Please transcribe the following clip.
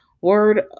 Word